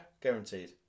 Guaranteed